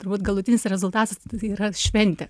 turbūt galutinis rezultatas yra šventė